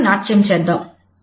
ఇద్దరం నాట్యం చేద్దాం